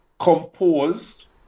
composed